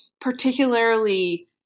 particularly